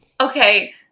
okay